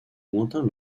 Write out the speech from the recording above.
lointain